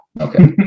Okay